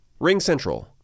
RingCentral